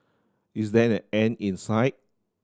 is there an end in sight